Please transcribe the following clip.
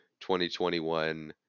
2021